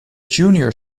junior